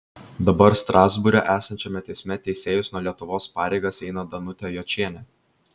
dabar strasbūre esančiame teisme teisėjos nuo lietuvos pareigas eina danutė jočienė